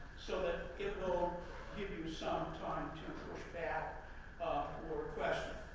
so that it will give you some time to push back or question.